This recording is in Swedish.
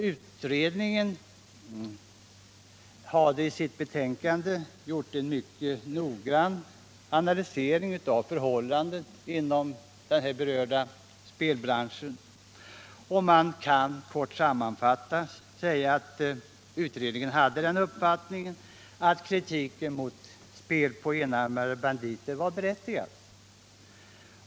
Utredningen hade i sitt betänkande gjort en mycket noggrann analys av förhållandena inom den berörda spelbranschen, och man kan kort sammanfattat säga att utredningen hade den uppfattningen att kritiken mot spel på enarmade banditer var berättigad.